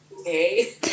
Okay